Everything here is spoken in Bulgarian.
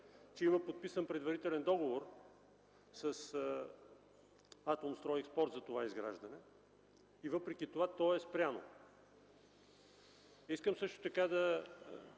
има подписан предварителен договор с „Атомстройекспорт” за това изграждане и въпреки това то е спряно. Искам също така да